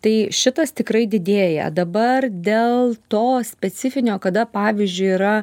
tai šitas tikrai didėja dabar dėl to specifinio kada pavyzdžiui yra